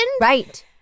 right